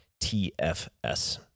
TFS